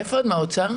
מאיפה את, מהאוצר?